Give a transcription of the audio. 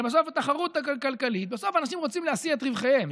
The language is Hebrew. הרי בסוף התחרות היא כלכלית ובסוף אנשים רוצים להשיא את רווחיהם,